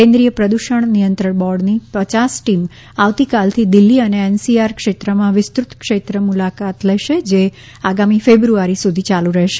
કેન્દ્રિય પ્રદૃષણ નિયંત્રણ બોર્ડની પયાસ ટીમ આવતીકાલથી દિલ્હી અને એનસીઆર ક્ષેત્રમાં વિસ્તૃત ક્ષેત્ર મુલાકાત લેશે જે આગામી ફેબ્રુઆરી સુધી ચાલુ રહેશે